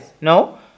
No